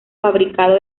fabricada